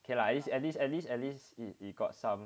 okay lah at least at least at least at least you got some